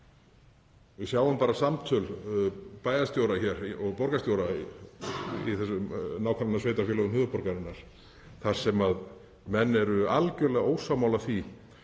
Við sjáum bara samtöl bæjarstjóra hér eða borgarstjóra í nágrannasveitarfélögum höfuðborgarinnar þar sem menn eru algjörlega ósammála því